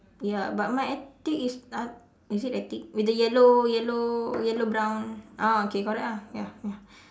ya but my attic is uh is it attic with the yellow yellow yellow brown ah okay correct ah ya ya